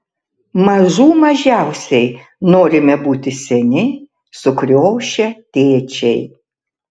mažų mažiausiai norime būti seni sukriošę tėčiai